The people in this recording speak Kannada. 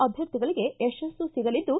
ಅಭ್ಯರ್ಥಿಗಳಿಗೆ ಯಶಸ್ಸು ಸಿಗಲಿದ್ದು